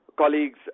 Colleagues